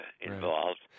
involved